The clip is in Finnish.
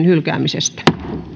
hylkäämisestä